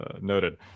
noted